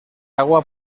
agua